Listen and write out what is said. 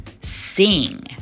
sing